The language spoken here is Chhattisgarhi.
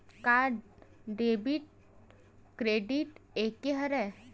का डेबिट क्रेडिट एके हरय?